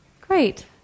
Great